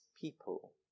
people